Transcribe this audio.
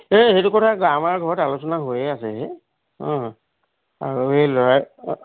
এই সেইটো কথা আমাৰ ঘৰত আলোচনা হৈয়ে আছে হে আৰু এই ল'ৰাই